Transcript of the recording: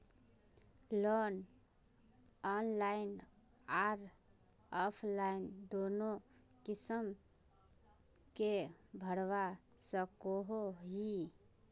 Loan online आर offline दोनों किसम के भरवा सकोहो ही?